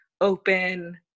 open